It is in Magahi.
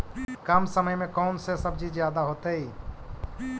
कम समय में कौन से सब्जी ज्यादा होतेई?